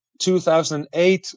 2008